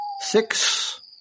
six